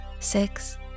Six